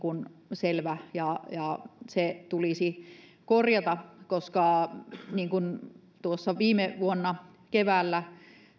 selvä ja ja se tulisi korjata kun tuossa viime vuonna keväällä